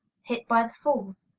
hit by the falls?